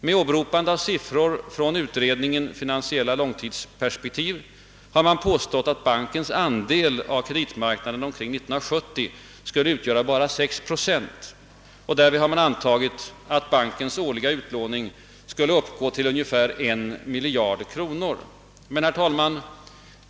Med åberopande av siffermaterial från utredningen »Finansiella långtidsperspektiv» har man påstått, att bankens andel av kreditmarknaden omkring år 1970 skulle utgöra endast 6 procent. Därvid har antagits att bankens årliga utlåning skulle uppgå till ungefär en miljard kronor. Herr talman!